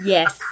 Yes